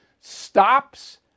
stops